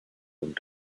und